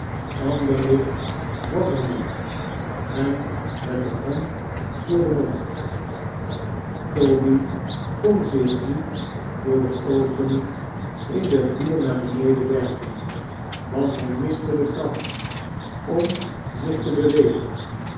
ander licht was er niet en met de hand voor deri mond toby kon zich niet door de opening in den vloer naar beneden werpen want hij miste de kracht om zich te bewegen